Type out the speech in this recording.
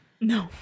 no